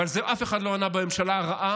ועל זה אף אחד לא ענה בממשלה הרעה,